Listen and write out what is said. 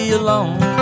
alone